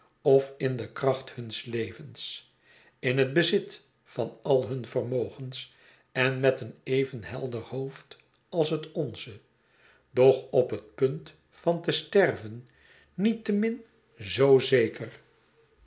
of in de kracht huns levens in het bezit van al hun vermogens en met een even helder hoofd als het onze doch op het punt van te sterven niettemin zoo zeker